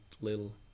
little